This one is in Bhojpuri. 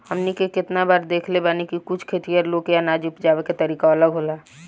हमनी के केतना बार देखले बानी की कुछ खेतिहर लोग के अनाज उपजावे के तरीका अलग होला